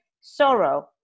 sorrow